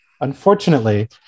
Unfortunately